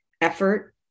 effort